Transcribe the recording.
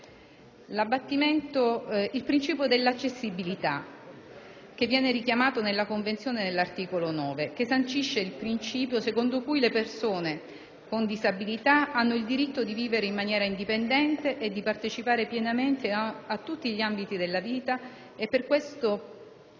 il principio dell'accessibilità, che viene richiamato nella Convenzione all'articolo 9, il quale sancisce il principio secondo cui le persone con disabilità hanno il diritto di vivere in maniera indipendente e di partecipare pienamente a tutti gli ambiti della vita. In base